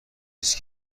است